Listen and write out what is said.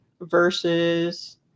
versus